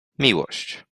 miłość